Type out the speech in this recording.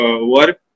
work